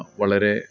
വളരെ